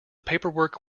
paperwork